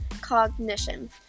Cognition